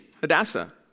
Hadassah